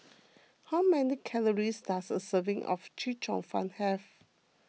how many calories does a serving of Chee Cheong Fun have